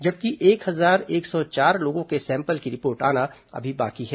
जबकि एक हजार एक सौ चार लोगों के सैंपल की रिपोर्ट आना बाकी है